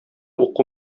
уку